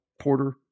porter